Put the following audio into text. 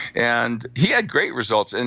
and he had great results. and